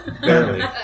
Barely